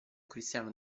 cristiano